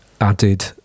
added